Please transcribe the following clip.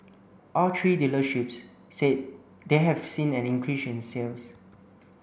all three dealerships said they have seen an increase in sales